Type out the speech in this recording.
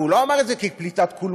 והוא לא אמר את זה כפליטת קולמוס,